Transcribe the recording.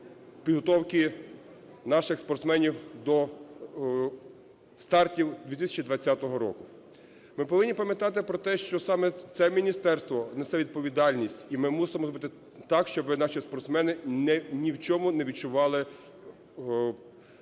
підготовки наших спортсменів до стартів 2020 року. Ми повинні пам'ятати про те, що саме це міністерство несе відповідальність, і ми мусимо зробити так, щоби наші спортсмени ні в чому не відчували